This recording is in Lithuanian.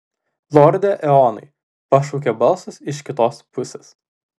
lorde eonai pašaukė balsas iš kitos pusės